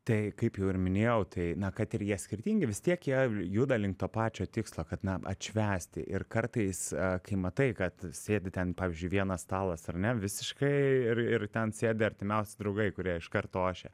tai kaip jau ir minėjau tai kad ir jie skirtingi vis tiek jie juda link to pačio tikslo kad na atšvęsti ir kartais kai matai kad sėdi ten pavyzdžiui vienas stalas ar ne visiškai ir ir ten sėdi artimiausi draugai kurie iš kart ošia